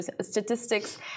statistics